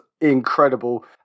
incredible